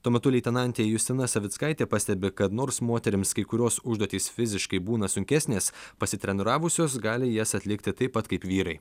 tuo metu leitenantė justina savickaitė pastebi kad nors moterims kai kurios užduotys fiziškai būna sunkesnės pasitreniravusios gali jas atlikti taip pat kaip vyrai